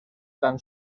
tan